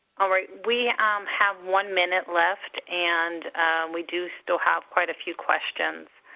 all right. we um have one minute left and we do still have quite a few questions.